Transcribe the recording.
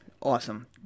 Awesome